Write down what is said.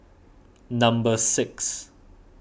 number six